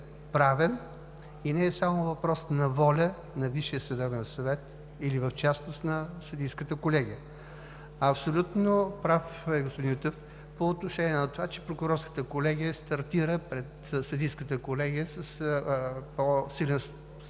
правен и е не само въпрос на воля на Висшия съдебен съвет или в частност – на Съдийската колегия. Абсолютно прав е господин Митев по отношение на това, че Прокурорската колегия стартира пред Съдийската колегия с по-силен старт,